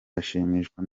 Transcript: ashimishwa